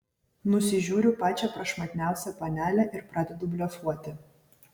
nusižiūriu pačią prašmatniausią panelę ir pradedu blefuoti